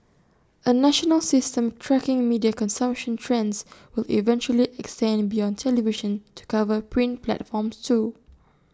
A national system tracking media consumption trends will eventually extend beyond television to cover print platforms too